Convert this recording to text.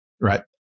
Right